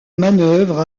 manœuvres